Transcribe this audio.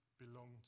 belonged